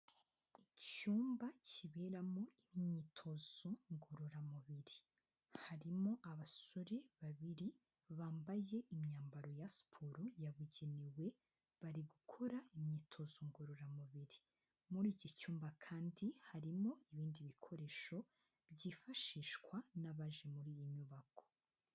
Icyumba kiberamo imyitozo ngororamubiri, harimo abasore babiri bambaye imyambaro ya siporo yabugenewe bari gukora imyitozo ngororamubiri, muri iki cyumba kandi harimo ibindi bikoresho byifashishwa n'abaje muri iyi nyubako.